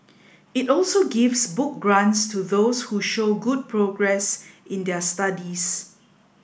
it also gives book grants to those who show good progress in their studies